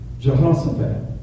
Jehoshaphat